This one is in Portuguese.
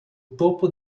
topo